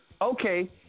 Okay